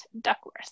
Duckworth